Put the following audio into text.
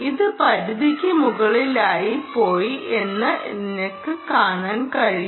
ഇത് പരിധിക്ക് മുകളിലായി പോയി എന്ന് നിങ്ങൾക്ക് കാണാൻ കഴിയും